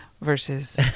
Versus